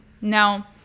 Now